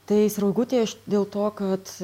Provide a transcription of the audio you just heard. tai sraigutė š dėl to kad